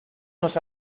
nos